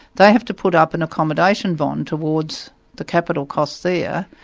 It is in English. they have to put up an accommodation bond towards the capital costs there.